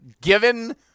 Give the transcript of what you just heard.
Given